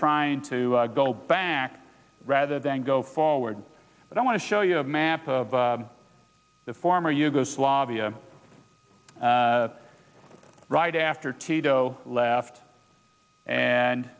trying to go back rather than go forward but i want to show you a map of the former yugoslavia right after tito left and